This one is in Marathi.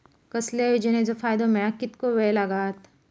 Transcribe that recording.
कसल्याय योजनेचो फायदो मेळाक कितको वेळ लागत?